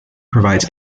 provides